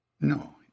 No